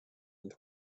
and